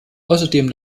außerdem